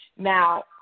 Now